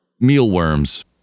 mealworms